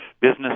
Business